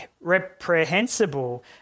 reprehensible